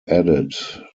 added